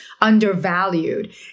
undervalued